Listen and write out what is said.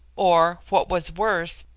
or, what was worse,